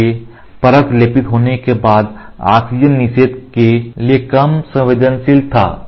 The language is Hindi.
इसलिए परत लेपित होने के बाद ऑक्सीजन निषेध के लिए कम संवेदनशील था